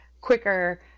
quicker